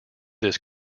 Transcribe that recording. this